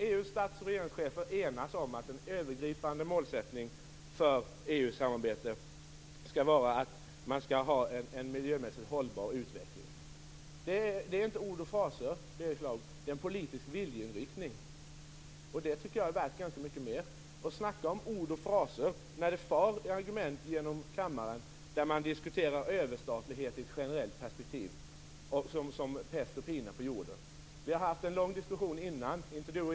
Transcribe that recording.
EU:s stats och regeringschefer enas om att en övergripande målsättning för EU-samarbete skall vara att man skall ha en miljömässigt hållbar utveckling. Det är inte ord och fraser, utan det är en politisk viljeinriktning. Jag tycker att det är värt ganska mycket mer. Snacka om ord och fraser, när det far argument genom kammaren där man diskuterar överstatlighet i ett generellt perspektiv som om det vore pest och pina på jorden.